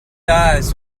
eyes